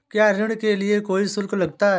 क्या ऋण के लिए कोई शुल्क लगता है?